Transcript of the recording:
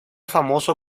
famoso